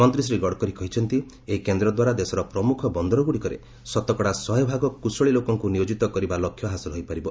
ମନ୍ତ୍ରୀ ଶ୍ରୀ ଗଡ଼କରୀ କହିଛନ୍ତି ଯେ ଏହି କେନ୍ଦ୍ର ଦ୍ୱାରା ଦେଶର ପ୍ରମୁଖ ବନ୍ଦରଗୁଡ଼ିକର ଶତକଡ଼ା ଶହେ ଭାଗ କୁଶଳୀ ଲୋକଙ୍କୁ ନିୟୋଜିତ କରିବା ଲକ୍ଷ୍ୟ ହାସଲ ହୋଇପାରିବ